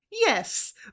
Yes